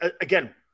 again